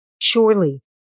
Surely